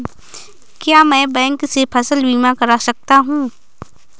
क्या मैं बैंक से फसल बीमा करा सकता हूँ?